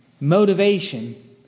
motivation